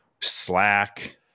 Slack